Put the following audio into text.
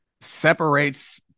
separates